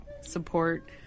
support